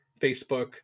Facebook